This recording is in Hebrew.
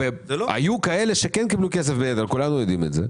היו כאלה שכן קיבלו כסף, וכולנו יודעים את זה.